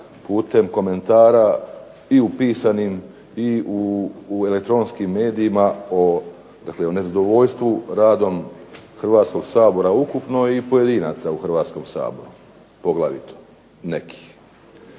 putem komentara i u pisanim i u elektronskim medijima, dakle o nezadovoljstvu radom Hrvatskog sabora ukupno i pojedinaca u Hrvatskom saboru, poglavito nekih.